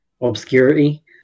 obscurity